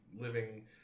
living